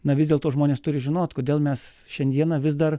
na vis dėlto žmonės turi žinot kodėl mes šiandieną vis dar